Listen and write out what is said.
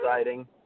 exciting